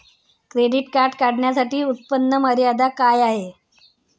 Credit card काढण्यासाठी उत्पन्न मर्यादा काय आहे?